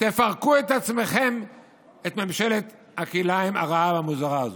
תפרקו בעצמכם את ממשלת הכלאיים הרעה והמוזרה הזו.